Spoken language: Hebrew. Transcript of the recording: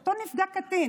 שאותו קטין